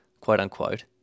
quote-unquote